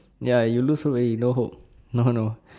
ya you lose hope already no hope no no